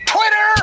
Twitter